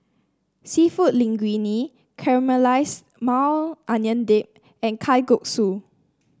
seafood Linguine Caramelized Maui Onion Dip and Kalguksu